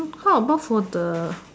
how about for the